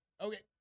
Okay